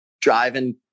driving